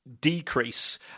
decrease